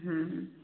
हूँ हूँ